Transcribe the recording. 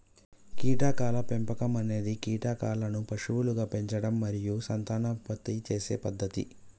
కీటకాల పెంపకం అనేది కీటకాలను పశువులుగా పెంచడం మరియు సంతానోత్పత్తి చేసే పద్ధతి